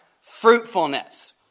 fruitfulness